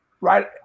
right